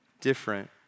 different